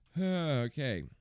Okay